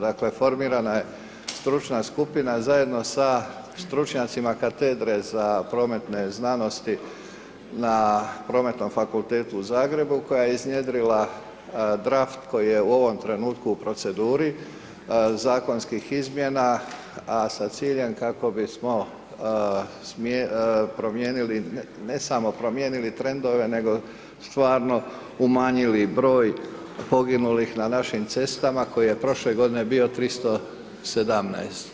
Dakle, formirana je stručna skupina, zajedno sa stručnjacima katedre za prometne znanosti, na prometnom fakultetu u Zagrebu, koja je iznjedrila draft, koji je u ovom trenutku u proceduri zakonskim izmjena, a sa ciljem kako bismo promijenili, ne samo promijenili trendove, nego stvarno umanjili broj poginulih na našim cestama, koji je prošle godine bio 317.